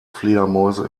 fledermäuse